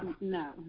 No